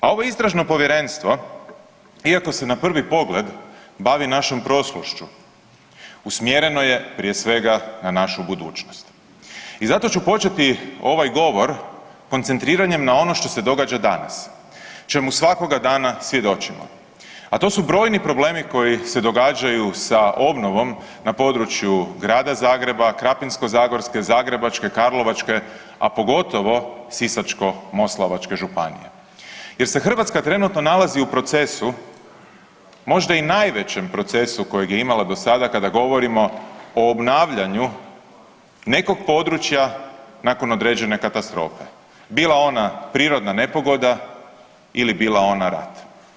A ovo Istražno povjerenstvo, iako se na prvi pogled bavi našom prošlošću, usmjereno je, prije svega, na našu budućnost i zato ću početi ovaj govor koncentriranjem na ono što se događa danas, čemu svakoga dana svjedočimo, a to su brojni problemi koji se događaju sa obnovom na području Grada Zagreba, Krapinsko-zagorske, Zagrebačke, Karlovačke, a pogotovo Sisačko-moslavačke županije jer se Hrvatska trenutno nalazi u procesu, možda i najvećem procesu kojeg je imala do sada kada govorimo o obnavljanju nekog područja nakon određene katastrofe, bila ona prirodna nepogoda ili bila ona rat.